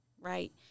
right